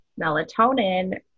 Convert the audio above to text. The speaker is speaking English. melatonin